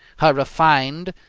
her refined,